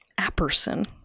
Apperson